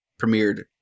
premiered